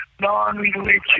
non-religious